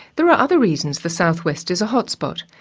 there are other reasons the southwest is a hotspot.